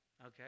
okay